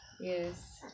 Yes